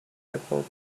able